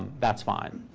that's fine.